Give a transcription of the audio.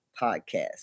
podcast